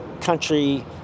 country